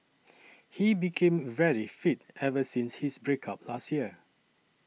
he became very fit ever since his break up last year